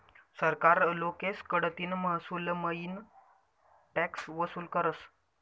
सरकार लोकेस कडतीन महसूलमईन टॅक्स वसूल करस